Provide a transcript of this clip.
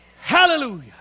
hallelujah